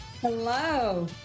Hello